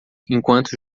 enquanto